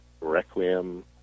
Requiem